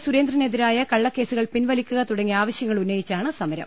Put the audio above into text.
സുരേന്ദ്രനെതിരായ കള്ളക്കേസുകൾ പിൻവലിക്കുക തുടങ്ങിയ ആവശൃങ്ങളുന്നയിച്ചാണ് സമരം